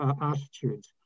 attitudes